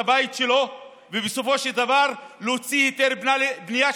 הבית שלו ובסופו של דבר להוציא היתר בנייה,